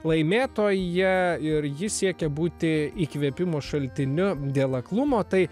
laimėtoja ir ji siekia būti įkvėpimo šaltiniu dėl aklumo tai